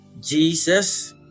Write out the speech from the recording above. jesus